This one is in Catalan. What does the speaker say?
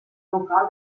local